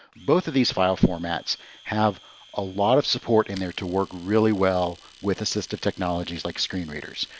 both of these file formats have a lot of support in there to work really well with assistive technologies like screen readers.